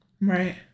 Right